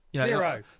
Zero